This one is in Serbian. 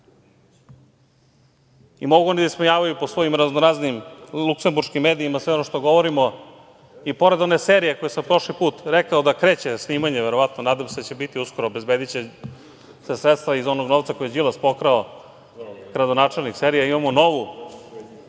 oni da nas ismejavaju po svojim raznoraznim luksemburškim medijima, sve ono što govorimo. I pored one serije koju sam prošli put rekao da kreće snimanje verovatno, nadam se da će biti uskoro, obezbediće se sredstva iz onog novca koji je Đilas pokrao, kradonačelnik serija, imamo novu